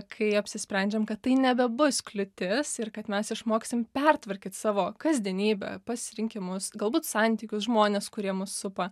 kai apsisprendžiam kad tai nebebus kliūtis ir kad mes išmoksim pertvarkyt savo kasdienybę pasirinkimus galbūt santykius žmones kurie mus supa